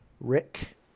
Rick